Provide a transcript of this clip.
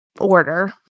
order